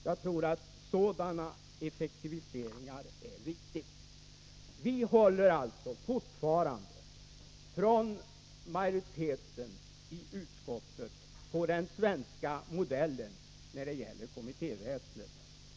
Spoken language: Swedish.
Jag tror att sådana effektiviseringar är viktiga. Majoriteten i utskottet håller alltså fortfarande på den svenska modellen när det gäller kommittéväsendet.